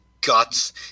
guts